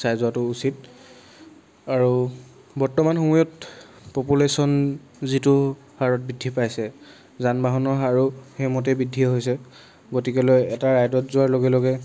চাই যোৱাটো উচিত আৰু বৰ্তমান সময়ত পপুলেশ্যন যিটো হাৰত বৃদ্ধি পাইছে যান বাহনৰ হাৰো সেইমতে বৃদ্ধি হৈছে গতিকেলৈ এটা ৰাইডত যোৱাৰ লগে লগে